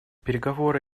переговоры